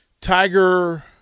Tiger